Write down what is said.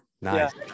Nice